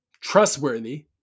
trustworthy